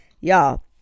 Y'all